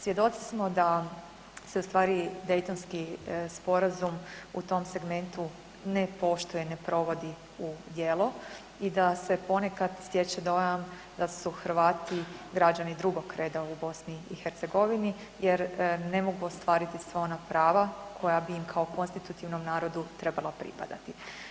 Svjedoci smo da se u stvari Daytonski sporazum u tom segmentu ne poštuje i ne provodi u djelo i da se ponekad stječe dojam da su Hrvati građani drugog reda u BiH jer ne mogu ostvariti sva ona prava koja bi im kao konstitutivnom narodu trebala pripadati.